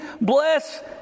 Bless